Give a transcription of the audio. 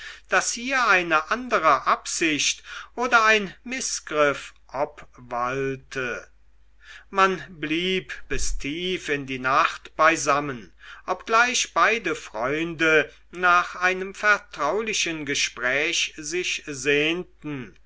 daß hier eine andere absicht oder ein mißgriff obwalte man blieb bis tief in die nacht beisammen obgleich beide freunde nach einem vertraulichen gespräch sich sehnten